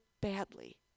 badly